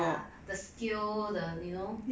ya the scale you know